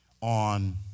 on